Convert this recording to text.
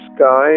sky